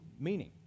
meaning